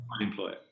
employer